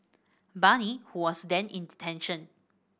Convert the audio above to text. Bani who was then in detention